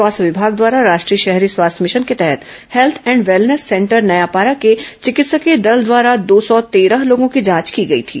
स्वास्थ्य विभाग द्वारा राष्ट्रीय शहरी स्वास्थ्य भिशन के तहत health and wellness centre Nayapara के चिकित्सकीय दल द्वारा दो सौ तेरह लोगों की जांच की गई थी